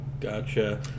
Gotcha